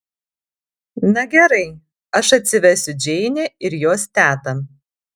na gerai aš atsivesiu džeinę ir jos tetą